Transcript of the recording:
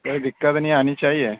کوئی دقت نہیں آنی چاہیے